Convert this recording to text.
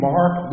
Mark